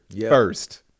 first